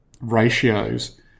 ratios